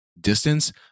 distance